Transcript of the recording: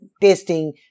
tasting